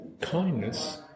kindness